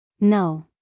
No